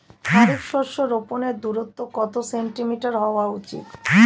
খারিফ শস্য রোপনের দূরত্ব কত সেন্টিমিটার হওয়া উচিৎ?